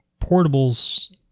portables